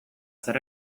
zer